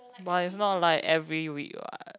but it's not like every week what